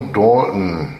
dalton